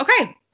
Okay